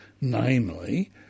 namely